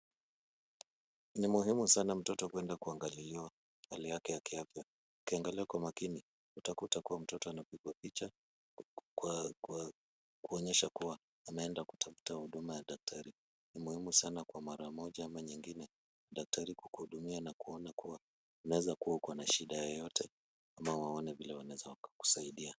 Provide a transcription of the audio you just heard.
Ni muhimu sana mtoto kuenda kuangaliliwa hali yake ya kiafya. ukiangalia kwa umakini, utakuta kuwa mtoto anapigwa picha kuonyesha kuwa ameenda kutafuta huduma ya daktari. Ni muhimu sana kwa mara moja ama nyingine daktari kukuhudumia na kuona kuwa unawezakua na shida yoyote ama waone vile wanaweza wakakusaidia.